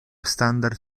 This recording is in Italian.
standard